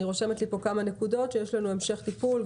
אני רושמת לי כמה נקודות שיש לנו המשך טיפול,